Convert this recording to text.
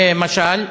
למשל.